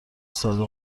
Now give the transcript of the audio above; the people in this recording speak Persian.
صادق